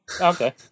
Okay